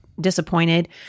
disappointed